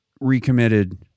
recommitted